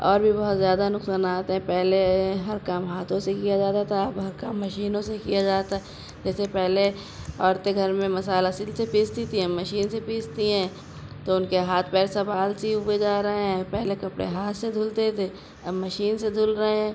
اور بھی بہت زیادہ نقصانات ہیں پہلے ہر کام ہاتھوں سے کیا جاتا تھا اب ہر کام مشینوں سے کیا جاتا ہے جیسے پہلے عورتیں گھر میں مسالہ سل سے پیستی تھیں اب مشین سے پیستی ہیں تو ان کے ہاتھ پیر سب آلسی ہوئے جا رہے ہیں پہلے کپڑے ہاتھ سے دھلتے تھے اب مشین سے دھل رہے ہیں